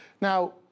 Now